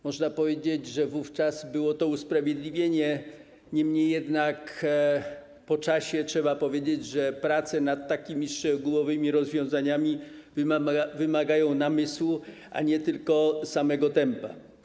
Można powiedzieć, że wówczas było to usprawiedliwienie, niemniej jednak po czasie trzeba powiedzieć, że prace nad takimi szczegółowymi rozwiązaniami wymagają namysłu, a nie tylko samego tempa.